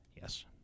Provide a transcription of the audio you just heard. Yes